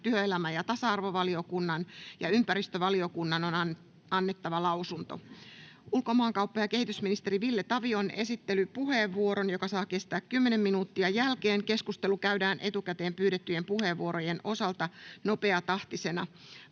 työelämä- ja tasa-arvovaliokunnan ja ympäristövaliokunnan on annettava lausunto. Ulkomaankauppa- ja kehitysministeri Ville Tavion esittelypuheenvuoron jälkeen, joka saa kestää kymmenen minuuttia, keskustelu käydään etukäteen pyydettyjen puheenvuorojen osalta nopeatahtisena.